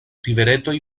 riveretoj